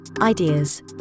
ideas